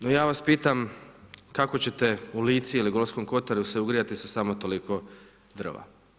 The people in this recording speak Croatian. No ja vas pitam, kako ćete u Lici ili Gorskom Kotaru se ugrijati sa samo toliko drva?